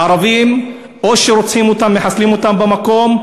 לערבים, או שרוצחים אותם, מחסלים אותם במקום,